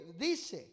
dice